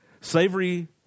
Slavery